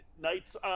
nights